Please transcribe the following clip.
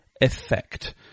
effect